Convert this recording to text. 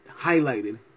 highlighted